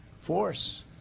force